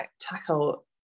tackle